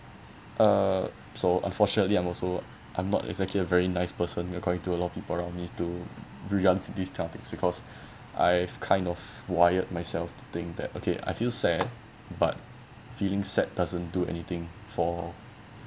uh so unfortunately I'm also I'm not exactly a very nice person according to a lot of people around me to bring up these topics because I've kind of wired myself to think that okay I feel sad but feeling sad doesn't do anything for